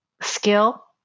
skill